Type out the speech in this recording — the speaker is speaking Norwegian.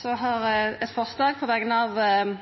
Så vil eg fremja eit forslag på vegner av